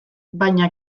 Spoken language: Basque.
baina